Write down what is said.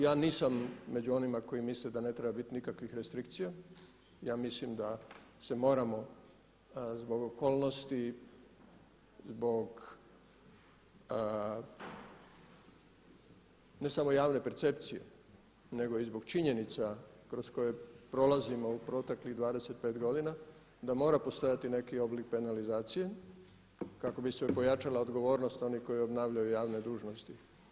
Ja nisam među onima koji misle da ne treba biti nikakvih restrikcija, ja mislim da se moramo zbog okolnosti, zbog ne samo javne percepcije nego i zbog činjenica kroz koje prolazimo u proteklih 25 godina da mora postojati neki oblik penalizacije kako bi se pojačala odgovornost onih koji obnašaju javne dužnosti.